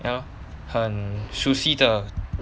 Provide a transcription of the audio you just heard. ya lor 很熟悉地